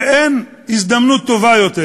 ואין הזדמנות טובה יותר